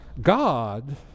God